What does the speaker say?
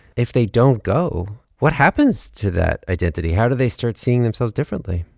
if they don't go, what happens to that identity? how do they start seeing themselves differently?